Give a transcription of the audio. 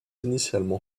initialement